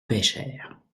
pêchèrent